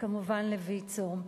וכמובן לויצו.